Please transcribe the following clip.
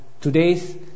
today's